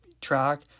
track